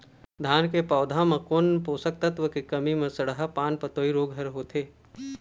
धान के पौधा मे कोन पोषक तत्व के कमी म सड़हा पान पतई रोग हर होथे?